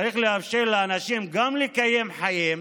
צריך לאפשר לאנשים גם לקיים חיים,